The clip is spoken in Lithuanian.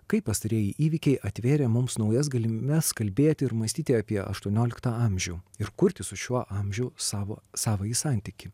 kaip pastarieji įvykiai atvėrė mums naujas galimybes kalbėti ir mąstyti apie aštuonioliktą amžių ir kurti su šiuo amžiu savo savąjį santykį